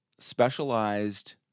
specialized